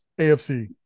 AFC